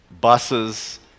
buses